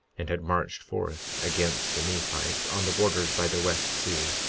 and had marched forth against the nephites on the borders by the west sea.